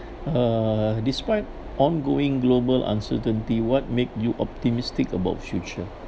uh despite ongoing global uncertainty what make you optimistic about future